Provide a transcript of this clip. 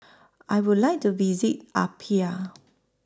I Would like to visit Apia